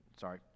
sorry